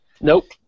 Nope